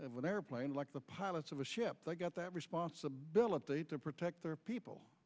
of an airplane like the pilots of a ship they got that responsibility to protect their people